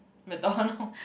McDonald